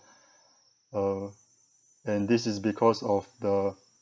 uh and this is because of the